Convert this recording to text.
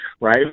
right